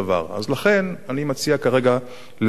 אז לכן אני מציע כרגע להמתין.